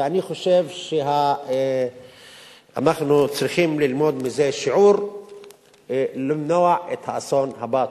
ואני חושב שאנחנו צריכים ללמוד מזה שיעור ולמנוע את האסון הבא.